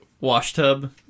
washtub